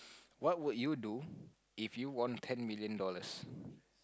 what would you do if you won ten million dollars